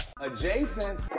Adjacent